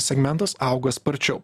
segmentas auga sparčiau